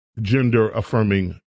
gender-affirming